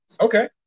Okay